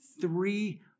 three